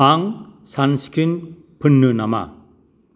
आं सानस्क्रिन फोन्नो नामा